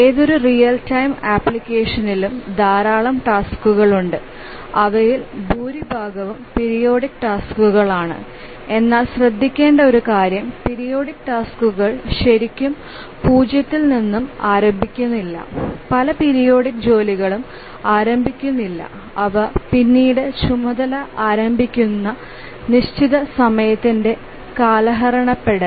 ഏതൊരു real time ആപ്ലിക്കേഷനിലും ധാരാളം ടാസ്ക്കുകളുണ്ട് അവയിൽ ഭൂരിഭാഗവും പീരിയോഡിക് ടാസ്ക്കുകളാണ് എന്നാൽ ശ്രദ്ധിക്കേണ്ട ഒരു കാര്യം പീരിയോഡിക് ടാസ്ക്കുകൾ ശരിക്കും പൂജ്യത്തിൽ നിന്ന് ആരംഭിക്കുന്നില്ല പല പീരിയോഡിക് ജോലികളും ആരംഭിക്കുന്നില്ല അവ പിന്നീട് ചുമതല ആരംഭിക്കുന്നു നിശ്ചിത സമയത്തിന്റെ കാലഹരണപ്പെടൽ